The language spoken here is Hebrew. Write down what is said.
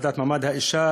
בוועדה לקידום מעמד האישה,